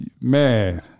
Man